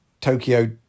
Tokyo